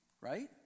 right